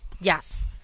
Yes